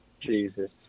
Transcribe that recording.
Jesus